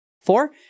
four